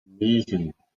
negen